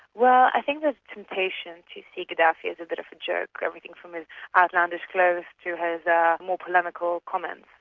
well i think there's a temptation to see gaddafi as a bit of a joke everything from his outlandish clothes to his more polemical comments.